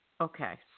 Okay